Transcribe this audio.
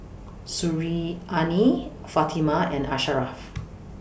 Suriani Fatimah and Asharaff